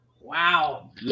Wow